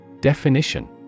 DEFINITION